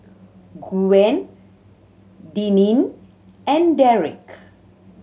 Gwen Deneen and Derick